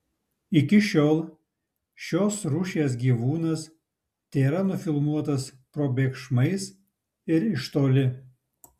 iki šiol šios rūšies gyvūnas tėra nufilmuotas probėgšmais ir iš toli